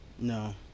No